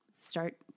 start